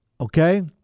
Okay